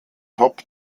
top